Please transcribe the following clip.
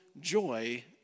joy